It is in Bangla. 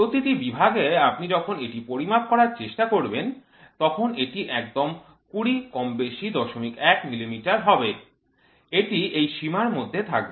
প্রতিটি বিভাগে আপনি যখন এটি পরিমাপ করার চেষ্টা করবেন তখন এটি একদম ২০ কমবেশি ০১ মিলিমিটার হবে এটি এই সীমার মধ্যে থাকবে